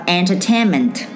entertainment